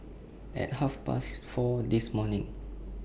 At Half Past four This morning